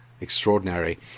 Extraordinary